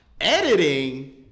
Editing